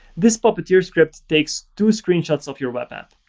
this puppeteer script takes two screenshots of your web app,